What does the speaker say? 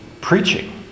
preaching